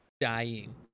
dying